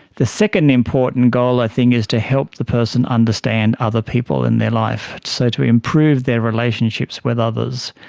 the second important goal i think is to help the person understand other people in their life, so to improve their relationships with others.